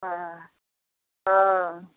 हँ हँ